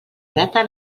grata